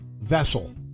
vessel